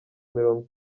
mirongo